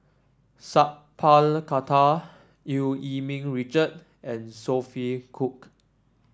Sat Pal Khattar Eu Yee Ming Richard and Sophia Cooke